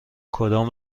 کدام